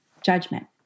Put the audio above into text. judgment